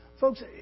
Folks